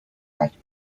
خنک